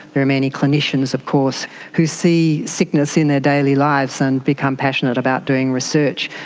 there are many clinicians of course who see sickness in their daily lives and become passionate about doing research,